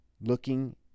looking